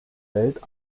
welt